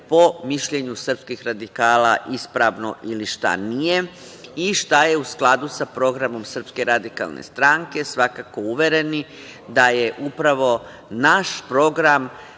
po mišljenju srpskih radikala ispravno ili šta nije, i šta je u skladu sa programom SRS, svakako uvereni da je upravo naš program